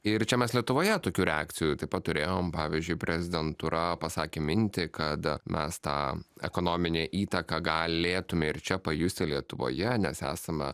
ir čia mes lietuvoje tokių reakcijų taip pat turėjom pavyzdžiui prezidentūra pasakė mintį kad mes tą ekonominę įtaką galėtume ir čia pajusi lietuvoje nes esame